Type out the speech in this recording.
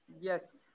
Yes